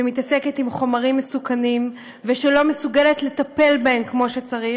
שמתעסקת בחומרים מסוכנים ולא מסוגלת לטפל בהם כמו שצריך,